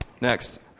Next